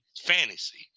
fantasy